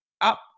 up